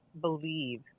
believe